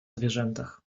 zwierzętach